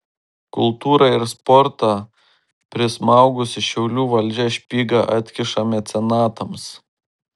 kultūrą ir sportą prismaugusi šiaulių valdžia špygą atkiša mecenatams